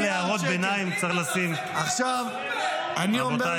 גם להערות ביניים צריך לשים --- שר האנרגיה